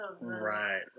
right